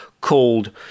called